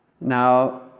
Now